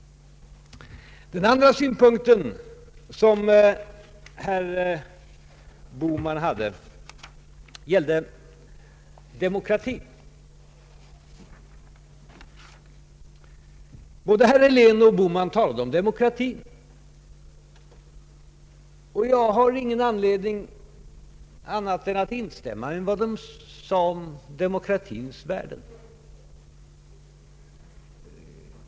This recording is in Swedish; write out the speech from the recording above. Den andra synpunkten som herr Bohman hade gällde demokrati. Både herr Helén och herr Bohman talade om demokrati, och jag har ingen anledning att inte instämma i vad de sade om demokratins värden.